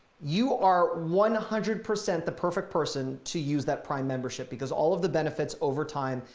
you are one hundred percent the perfect person to use that prime membership because all of the benefits over time,